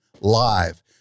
live